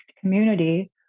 community